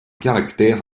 caractère